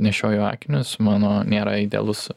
nešioju akinius mano nėra idealus